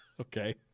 Okay